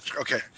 Okay